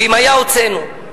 ואם היו, הוצאנו.